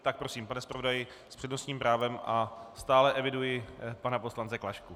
Tak prosím, pan zpravodaj s přednostním právem a stále eviduji pana poslance Klašku.